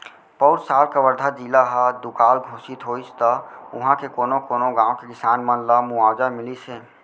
पउर साल कवर्धा जिला ह दुकाल घोसित होइस त उहॉं के कोनो कोनो गॉंव के किसान मन ल मुवावजा मिलिस हे